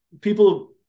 people